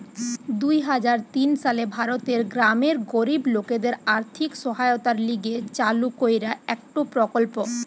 দুই হাজার তিন সালে ভারতের গ্রামের গরিব লোকদের আর্থিক সহায়তার লিগে চালু কইরা একটো প্রকল্প